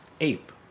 ape